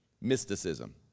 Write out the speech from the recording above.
Mysticism